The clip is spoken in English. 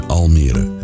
Almere